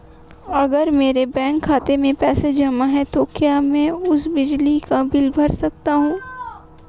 अगर मेरे बैंक खाते में पैसे जमा है तो क्या मैं उसे बिजली का बिल भर सकता हूं?